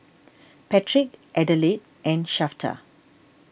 Patrick Adelaide and Shafter